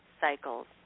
cycles